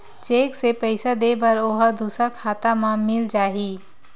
Cheque से पईसा दे बर ओहा दुसर खाता म मिल जाही?